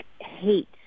hate